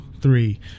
three